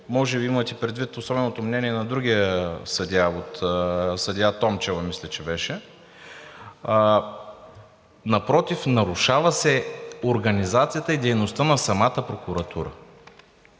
може би имате предвид особеното мнение на другия съдия – от съдия Томчева, мисля, че беше. Напротив, нарушава се организацията и дейността на самата прокуратура.